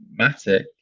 MATIC